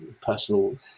personal